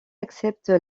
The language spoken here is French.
accepte